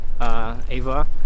Ava